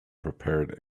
prepared